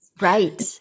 Right